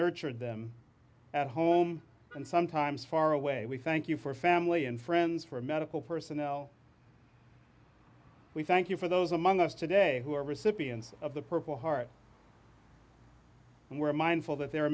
nurtured them at home and sometimes far away we thank you for family and friends for medical personnel we thank you for those among us today who are recipients of the purple heart and we are mindful that there are